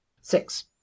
Six